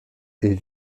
est